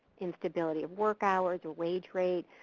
instability of work hours or wage rate,